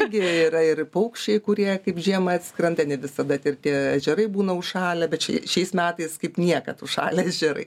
irgi yra ir paukščiai kurie kaip žiemą atskrenda ne visada ter tie ežerai būna užšalę bet šiai šiais metais kaip niekad užšalę ežerai